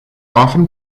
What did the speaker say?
often